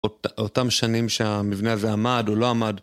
אותם שנים שהמבנה הזה עמד או לא עמד.